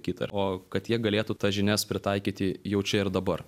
kitą o kad jie galėtų tas žinias pritaikyti jau čia ir dabar